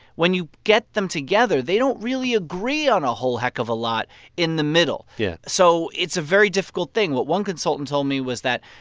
when you get them together, they don't really agree on a whole heck of a lot in the middle yeah so it's a very difficult thing. what one consultant told me was that,